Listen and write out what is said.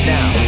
Now